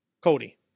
cody